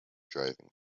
driving